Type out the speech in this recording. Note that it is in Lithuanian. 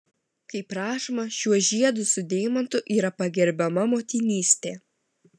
kaip rašoma šiuo žiedu su deimantu yra pagerbiama motinystė